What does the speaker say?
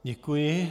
Děkuji.